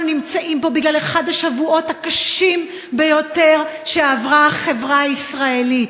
אנחנו נמצאים פה בגלל אחד השבועות הקשים ביותר שעברה החברה הישראלית.